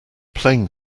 plane